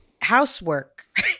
housework